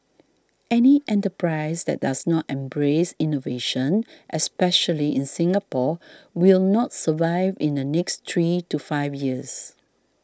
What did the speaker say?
any enterprise that does not embrace innovation especially in Singapore will not survive in the next three to five years